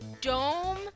dome